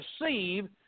receive